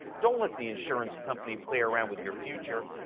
don't let the insurance company play around with your future.